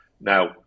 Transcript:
Now